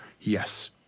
Yes